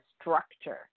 structure